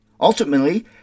Ultimately